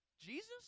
Jesus